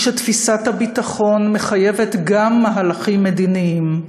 שתפיסת הביטחון מחייבת גם מהלכים מדיניים.